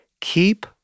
Keep